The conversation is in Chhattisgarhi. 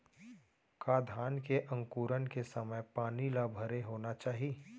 का धान के अंकुरण के समय पानी ल भरे होना चाही?